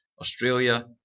Australia